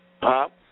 Pop